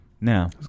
Now